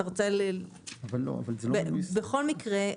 בכל מקרה,